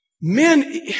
Men